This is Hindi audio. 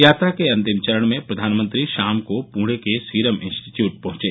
यात्रा के अंतिम चरण में प्रधानमंत्री शाम को पुणे के सीरम इन्सटीट्यूट पहुंचे